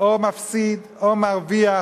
או מפסיד או מרוויח,